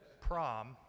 Prom